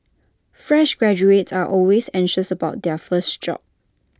fresh graduates are always anxious about their first job